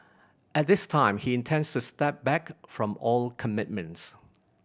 at this time he intends to step back from all commitments